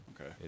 Okay